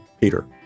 Peter